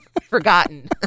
forgotten